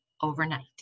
overnight